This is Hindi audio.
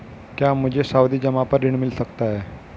क्या मुझे सावधि जमा पर ऋण मिल सकता है?